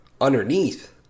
underneath